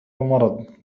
المرض